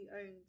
owned